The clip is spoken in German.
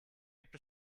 gibt